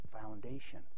foundation